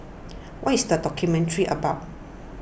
what is the documentary about